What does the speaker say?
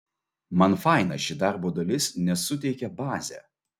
man faina ši darbo dalis nes suteikia bazę